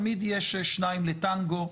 תמיד יש שניים לטנגו.